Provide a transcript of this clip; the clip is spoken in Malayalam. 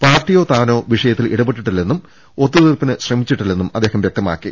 പാർട്ടിയോ താനോ വിഷയത്തിൽ ഇടപെട്ടിട്ടില്ലെന്നും ഒത്തുതീർപ്പിന് ശ്രമിച്ചിട്ടില്ലെന്നും അദ്ദേഹം വ്യക്ത മാക്കി